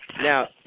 Now